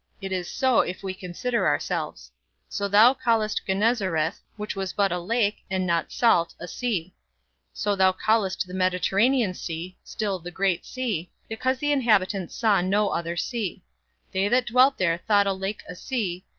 it is so if we consider ourselves so thou callest genezareth, which was but a lake, and not salt, a sea so thou callest the mediterranean sea still the great sea, because the inhabitants saw no other sea they that dwelt there thought a lake a sea,